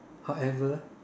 however